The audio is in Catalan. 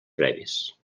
previs